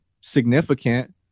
significant